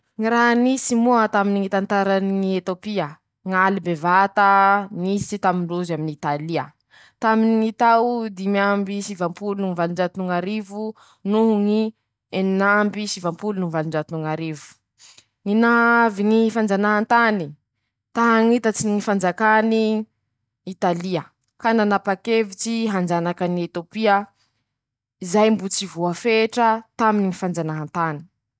Ñy raha nisy moa, taminy ñy tantarany Etiôpia: ñ'aly bevata nisy tamindroze aminy Italia, taminy ñy tao dimy amby sivampolo no ñy valonjato no ñ'arivo noho ñy enin'amby sivampolo no valonjato no ñ'arivo, ñy naavy ñy fanjanahantany, ta hañitatsy ñy fanjakany Italia ,ka nanapakevitsy hanjaka any Etôpia, zay mbo tsy voafetra taminy ñy fanjanahantany.